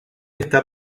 está